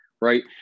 right